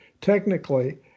technically